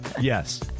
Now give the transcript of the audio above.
Yes